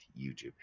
youtube